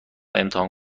امتحان